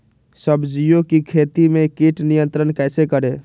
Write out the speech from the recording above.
सब्जियों की खेती में कीट नियंत्रण कैसे करें?